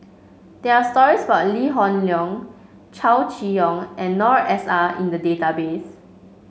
there are stories about Lee Hoon Leong Chow Chee Yong and Noor S I in the database